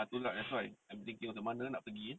tu lah that's why I'm thinking mana nak pergi